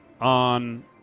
on